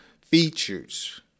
features